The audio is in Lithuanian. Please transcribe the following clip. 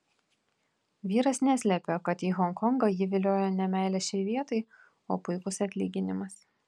vyras neslepia kad į honkongą jį vilioja ne meilė šiai vietai o puikus atlyginimas